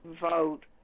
vote